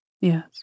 yes